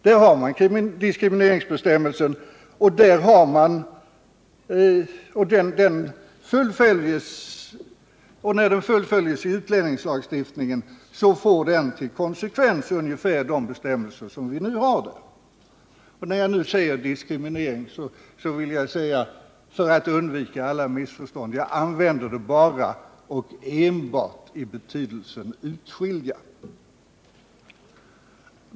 Där har vi diskrimineringsbestämmelser, och när de fullföljs i utlänningslagstiftningen får de till konsekvens ungefär de bestämmelser som vi nu har där. När jag använder ordet diskriminering vill jag, för att undvika alla missförstånd, säga att jag använder det enbart i betydelsen utskilja.